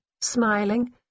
smiling